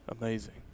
Amazing